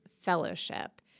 fellowship